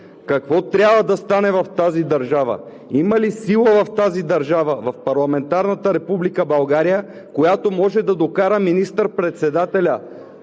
какво трябва да стане в тази държава, има ли сила в тази държава, в парламентарната Република България, която може да докара министър-председателя